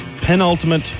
penultimate